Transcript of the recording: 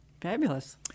Fabulous